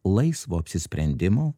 laisvo apsisprendimo